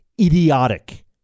idiotic